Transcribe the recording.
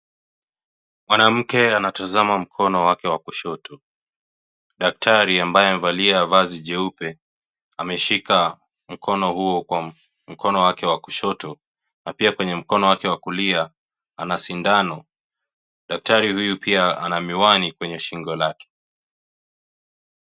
Mwanamke anatazama mkono wake wa kushoto. Daktari ambaye amevalia vazi jeupe, ameshika mkono huo kwa mkono wake wa kushoto, na pia kwenye mkono wake wa kulia ana sindano. Daktari huyu pia ana miwani kwenye shingo lake.